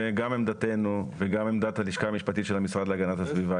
גם עמדתנו וגם עמדת הלשכה המשפטית של המשרד להגנת הסביבה